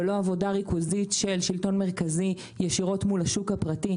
ולא עבודה ריכוזית של שלטון מרכזי ישירות מול השוק הפרטי.